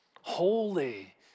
holy